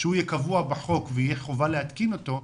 שהוא יהיה קבוע בחוק ויהיה חובה להתקין אותו,